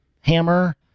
hammer